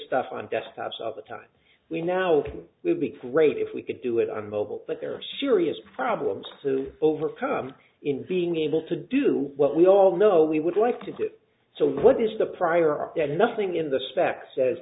stuff on desktops of the time we now will be great if we could do it on mobile but there are serious problems to overcome in being able to do what we all know we would like to do it so what is the priority that nothing in the spec says